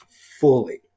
fully